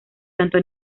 tanto